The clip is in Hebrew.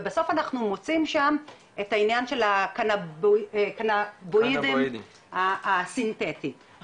וכשאנחנו שומעים על אנשים בגילאי 30 ו-40 זה